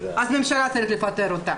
אז צריך לפטר את הממשלה.